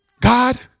God